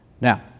Now